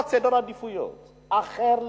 קובעת סדר עדיפויות אחר לגמרי,